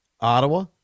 Ottawa